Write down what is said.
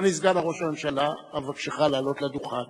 אדוני סגן ראש הממשלה, אבקשך לעלות לדוכן